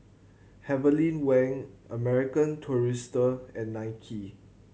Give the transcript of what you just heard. Heavenly Wang American Tourister and Nike